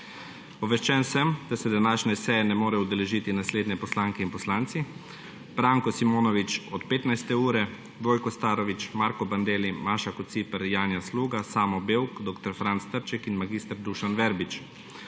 Obveščen sem, da se današnje seje ne morejo udeležiti naslednje poslanke in poslanci: Branko Simonovič od 15. ure, Vojko Starović, Marko Bandelli, Maša Kociper, Janja Sluga, Samo Bevk, dr. Franc Trček in mag. Dušan Verbič.